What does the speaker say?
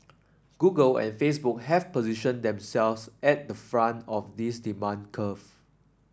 Google and Facebook have positioned themselves at the front of this demand curve